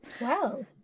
wow